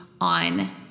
on